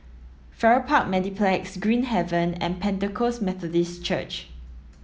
Farrer Park Mediplex Green Haven and Pentecost Methodist Church